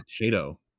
potato